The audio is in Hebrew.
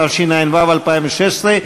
התשע"ו 2016,